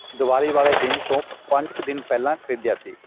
ਦਿਵਾਲੀ ਵਾਲੇ ਦਿਨ ਤੋਂ ਪੰਜ ਕੁ ਦਿਨ ਪਹਿਲਾਂ ਖਰੀਦਿਆ ਸੀ